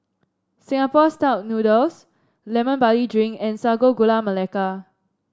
Singapore style noodles Lemon Barley Drink and Sago Gula Melaka